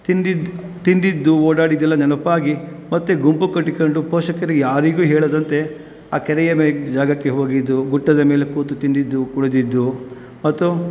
ತಿಂದಿದ್ದು ತಿಂದಿದ್ದು ಓಡಾಡಿದ್ದೆಲ್ಲ ನೆನಪಾಗಿ ಮತ್ತು ಗುಂಪು ಕಟ್ಟಿಕೊಂಡು ಪೋಷಕರಿಗೆ ಯಾರಿಗೂ ಹೇಳದಂತೆ ಆ ಕೆರೆಯ ಮೇಲಿದ್ದ ಜಾಗಕ್ಕೆ ಹೋಗಿದ್ದು ಗುಡ್ಡದ ಮೇಲೆ ಕೂತು ತಿಂದಿದ್ದು ಕುಡಿದಿದ್ದು ಮತ್ತು